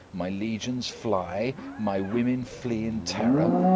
my legions fly, my women flee in terror?